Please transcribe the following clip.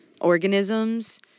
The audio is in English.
organisms